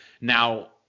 Now